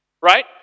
right